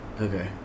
okay